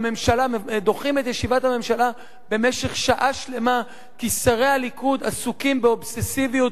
דוחים את ישיבת הממשלה במשך שעה שלמה כי שרי הליכוד עסוקים באובססיביות